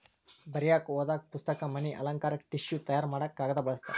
ಬರಿಯಾಕ ಓದು ಪುಸ್ತಕ, ಮನಿ ಅಲಂಕಾರಕ್ಕ ಟಿಷ್ಯು ತಯಾರ ಮಾಡಾಕ ಕಾಗದಾ ಬಳಸ್ತಾರ